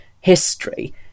history